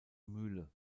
mühle